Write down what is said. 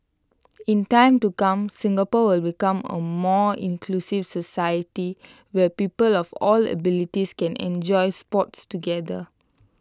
in time to come Singapore will become A more inclusive society where people of all abilities can enjoy sports together